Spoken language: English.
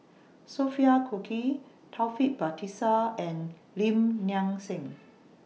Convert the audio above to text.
Sophia Cooke Taufik Batisah and Lim Nang Seng